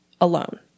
alone